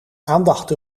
aandacht